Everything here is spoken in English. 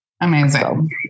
Amazing